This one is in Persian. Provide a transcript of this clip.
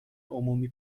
عمومی